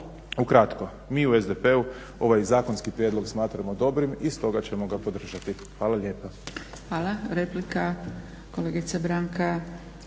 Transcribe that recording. Ukratko, mi u SDP-u ovaj zakonski prijedlog smatramo dobrim i stoga ćemo ga podržati. Hvala lijepa.